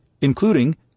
including